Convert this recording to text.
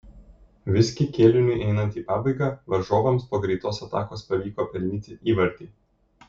visgi kėliniui einant į pabaigą varžovams po greitos atakos pavyko pelnyti įvartį